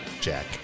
Jack